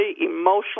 emotionally